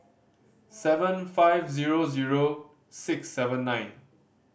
seven five zero zero six seven nine